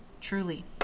Truly